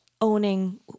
owning